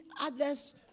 other's